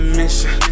mission